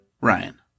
Ryan